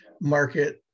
market